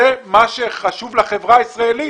זה מה שחשוב לחברה הישראלית.